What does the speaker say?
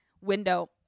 window